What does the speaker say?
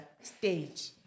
stage